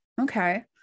okay